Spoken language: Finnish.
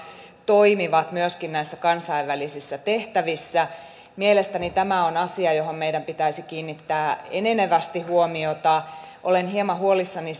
toimivat myöskin näissä kansainvälisissä tehtävissä mielestäni tämä on asia johon meidän pitäisi kiinnittää enenevästi huomiota olen hieman huolissani